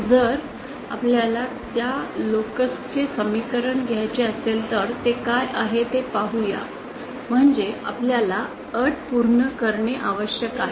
जर आपल्याला त्या लोकस चे समीकरण घ्यायचे असेल तर ते काय आहे ते पाहू या म्हणजे आपल्याला अट पूर्ण करणे आवश्यक आहे